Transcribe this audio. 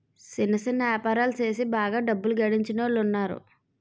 సిన్న సిన్న యాపారాలు సేసి బాగా డబ్బు గడించినోలున్నారు